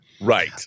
Right